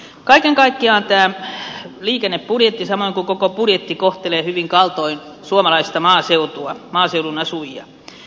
kaiken kaikkiaan tämä liikennebudjetti samoin kuin koko budjetti kohtelee hyvin kaltoin suomalaista maaseutua maaseudun asujia